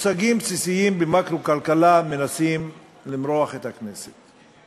במושגים בסיסיים במקרו-כלכלה מנסים למרוח את הכנסת.